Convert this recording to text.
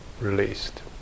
released